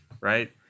right